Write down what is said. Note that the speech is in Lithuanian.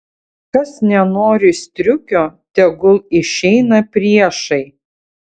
kas nenori striukio tegul išeina priešai